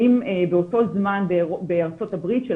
באותו זמן הנתונים בארצות הברית של